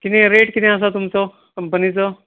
कितें रेट कितें आसा तुमचो कंपनीचो